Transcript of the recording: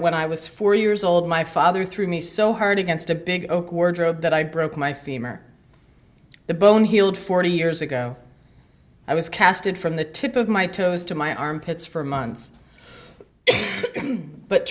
when i was four years old my father threw me so hard against a big oak wardrobe that i broke my femur the bone healed forty years ago i was cast in from the tip of my toes to my armpits for months but